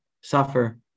Suffer